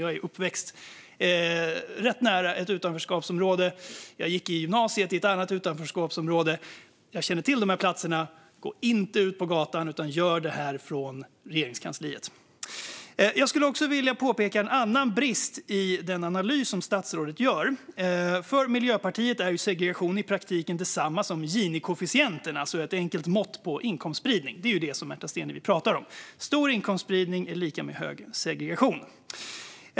Jag är uppväxt rätt nära ett utanförskapsområde och gick i gymnasiet i ett annat utanförskapsområde. Jag känner till dessa platser. Gå inte ut på gatan, utan gör detta från Regeringskansliet! Låt mig påpeka en annan brist i den analys som statsrådet gör. För Miljöpartiet är segregation i praktiken detsamma som ginikoefficienten, alltså ett enkelt mått på inkomstspridning. Det är detta Märta Stenevi pratar om. Stor inkomstspridning är lika med hög segregation.